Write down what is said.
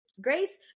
grace